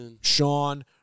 Sean